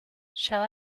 shall